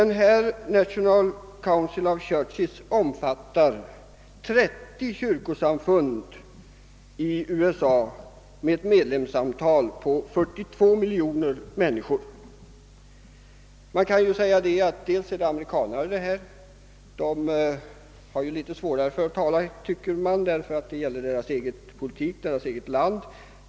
National Council of Churches omfattar 30 kyrkosamfund i USA med ett medlemsantal av 42 miljoner människor. Man kan ju säga att det här rör sig om amerikanare; de har svårare, tycker man, för att tala därför att det gäller politiken i deras eget land.